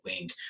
link